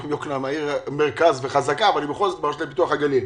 היום עיר מרכז וחזקה אבל היא בכל זאת ברשות לפיתוח הגליל.